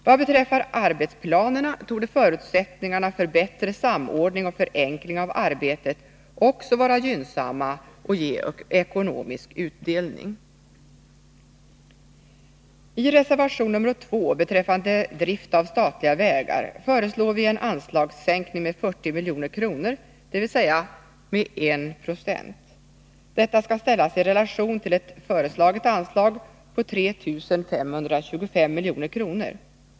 Vad beträffar arbetsplanerna torde förutsättningarna för bättre samordning och förenkling av arbetet vara gynnsamma och ge ekonomisk utdelning. I reservation nr 2, beträffande drift av statliga vägar, föreslår vi en anslagssänkning med 40 milj.kr., dvs. med 1 20. Detta skall ställas i relation till ett föreslaget anslag på 3 525 milj.kr.